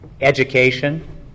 education